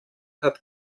hat